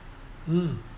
mm